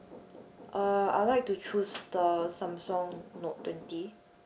uh I would like to choose the samsung note twenty